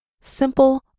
Simple